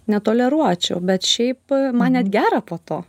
netoleruočiau bet šiaip man net gera po to